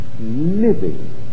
living